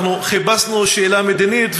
חיפשנו שאלה מדינית,